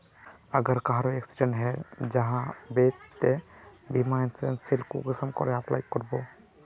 अगर कहारो एक्सीडेंट है जाहा बे तो बीमा इंश्योरेंस सेल कुंसम करे अप्लाई कर बो?